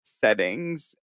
settings